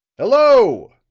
hello,